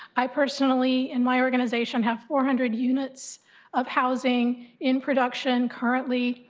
i personally in my organization have four hundred units of housing in production, currently,